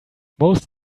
most